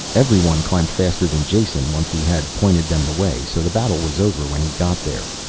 everyone climbed faster than jason, once he had pointed them the way, so the battle was over when he got there.